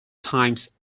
times